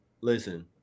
Listen